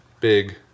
big